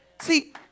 See